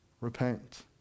Repent